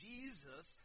Jesus